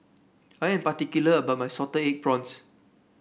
I am particular about my Salted Egg Prawns